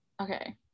Okay